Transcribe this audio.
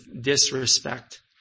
disrespect